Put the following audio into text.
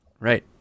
Right